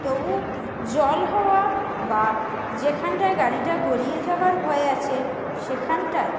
তবু জল হওয়া বা যেখানটায় গাড়িটা গড়িয়ে যাওয়ার ভয় আছে সেখানটায়